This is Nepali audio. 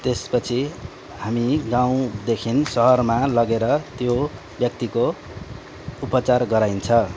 त्यसपछि हामी गाउँदेखि सहरमा लगेर त्यो व्यक्तिको उपचार गराइन्छ